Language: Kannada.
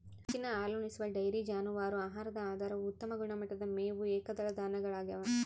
ಹೆಚ್ಚಿನ ಹಾಲುಣಿಸುವ ಡೈರಿ ಜಾನುವಾರು ಆಹಾರದ ಆಧಾರವು ಉತ್ತಮ ಗುಣಮಟ್ಟದ ಮೇವು ಏಕದಳ ಧಾನ್ಯಗಳಗ್ಯವ